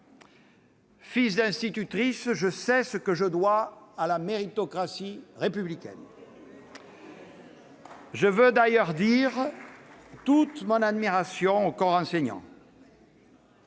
Fils d'institutrice, je sais ce que je dois à la méritocratie républicaine. Je veux d'ailleurs dire toute mon admiration au corps enseignant.